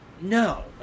No